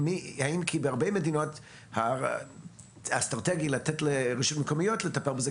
בהרבה מדינות זה אסטרטגי לתת לרשויות מקומיות לטפל בזה,